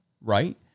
right